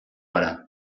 gara